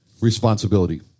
responsibility